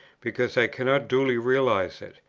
because i cannot duly realize it.